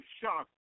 shocked